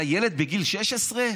אתה ילד בגיל 16?